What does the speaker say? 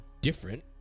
different